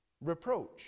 reproach